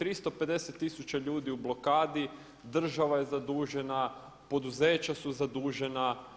350000 ljudi je u blokadi, država je zadužena, poduzeća su zadužena.